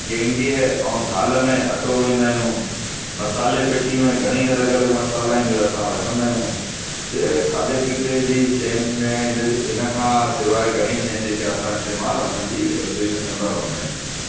गेंडीअ ऐं थाल में अटो गोहींदा आहियूं मसाले पेटी में घणेई अलॻि अलॻि मसाला आहिनि जो असां रखंदा आहियूं जे खाधे पीते जी शयुनि में इन इनखां सवाइ घणेई शै जेका असां इस्तेमालु असांजी रसोई में कंदा रहंदा आहियूं